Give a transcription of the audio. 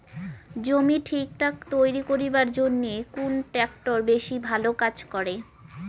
জমি ঠিকঠাক তৈরি করিবার জইন্যে কুন ট্রাক্টর বেশি ভালো কাজ করে?